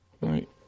Right